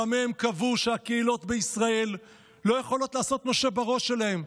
גם הם קבעו שהקהילות בישראל לא יכולות לעשות מה שבראש שלהן.